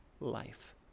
life